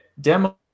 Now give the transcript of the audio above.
demo